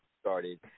started